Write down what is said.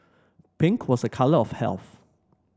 pink was a colour of health